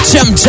Jump